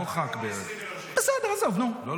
אגב, אפשר לשאול את משטרת ישראל מה טסלר עושה.